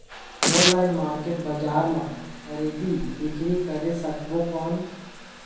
Online market बजार मां खरीदी बीकरी करे सकबो कौन?